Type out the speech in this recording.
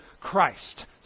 Christ